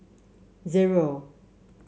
zero